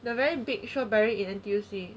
the very big strawberry in N_T_U_C